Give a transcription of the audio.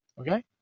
Okay